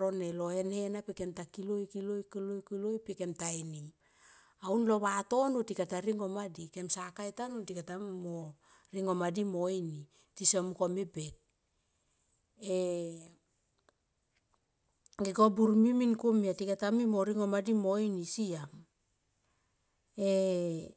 ro lohenhe na pe kem ta kiloi pe kem ta ini. Aun lo vatono ti kata ringo madi di mo ini. E go burmi min komia tikata mui mo ringo madi mo ini siam e.